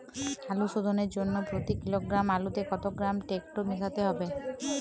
আলু শোধনের জন্য প্রতি কিলোগ্রাম আলুতে কত গ্রাম টেকটো মেশাতে হবে?